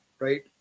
Right